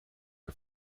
are